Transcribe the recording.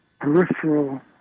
peripheral